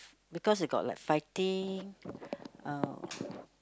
because it got like fighting uh